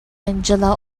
angela